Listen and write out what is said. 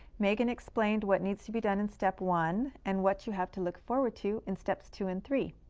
megan explained what needs to be done in step one and what you have to look forward to in steps two and three.